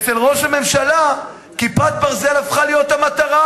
אצל ראש הממשלה "כיפת ברזל" הפכה להיות המטרה,